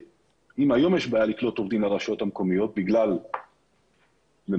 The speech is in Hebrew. שאם היום יש בעיה לקלוט עובדים ברשויות המקומיות בתפקידים מסוימים,